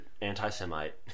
anti-Semite